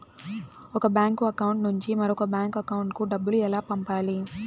ఒక bank account నుంచి మరొక బ్యాంకు అకౌంట్ కు డబ్బు ఎలా పంపాలి